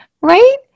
Right